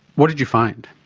what did you find?